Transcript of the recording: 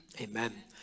amen